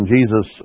Jesus